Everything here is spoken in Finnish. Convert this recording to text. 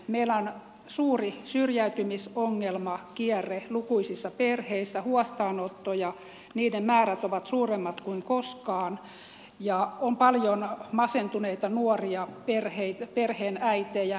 meillä on suuri syrjäytymisongelmakierre lukuisissa perheissä huostaanottoja niiden määrät ovat suuremmat kuin koskaan ja on paljon masentuneita nuoria perheenäitejä